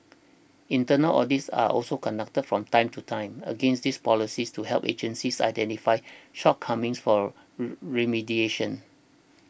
internal audits are also conducted from time to time against these policies to help agencies identify shortcomings for remediation